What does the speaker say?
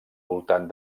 voltant